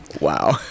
Wow